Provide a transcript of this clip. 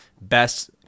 best